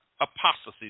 apostasy